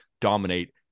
dominate